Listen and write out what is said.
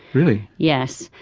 really? yes,